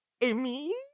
Amy